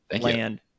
land